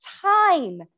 time